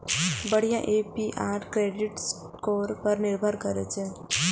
बढ़िया APR credit score पर निर्भर करै छै